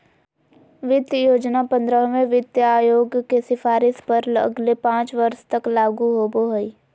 वित्त योजना पंद्रहवें वित्त आयोग के सिफारिश पर अगले पाँच वर्ष तक लागू होबो हइ